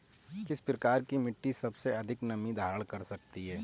किस प्रकार की मिट्टी सबसे अधिक नमी धारण कर सकती है?